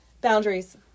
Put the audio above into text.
Boundaries